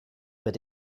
but